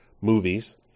movies